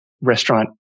restaurant